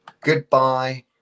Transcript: goodbye